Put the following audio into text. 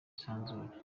isanzure